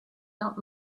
out